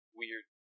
weird